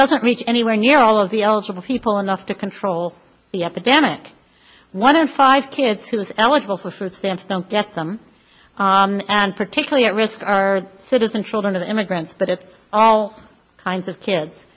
doesn't reach anywhere near all of the eligible people enough to control the epidemic one in five kids who is eligible for food stamps don't get them and particularly at risk are citizen children of immigrants but of all kinds of kids